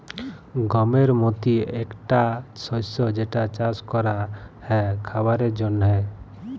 গমের মতি একটা শস্য যেটা চাস ক্যরা হ্যয় খাবারের জন্হে